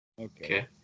Okay